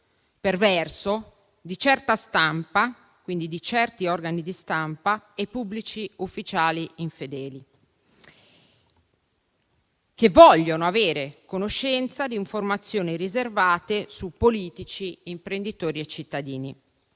perverso di certa stampa (certi organi di stampa) e pubblici ufficiali infedeli, che vogliono avere conoscenza di informazioni riservate su politici, imprenditori e cittadini.